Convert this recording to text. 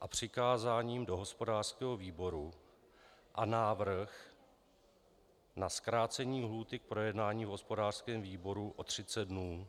a přikázáním do hospodářského výboru a návrh na zkrácení lhůty k projednání v hospodářském výboru o 30 dnů.